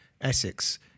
Essex